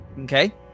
Okay